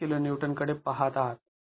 ५ kN कडे पहात आहात